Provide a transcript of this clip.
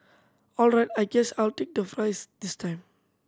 all right I guess I'll take the fries this time